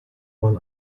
man